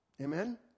Amen